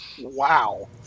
wow